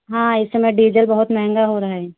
हाँ इस समय डीजल बहुत महंगा हो रहा है